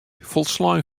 folslein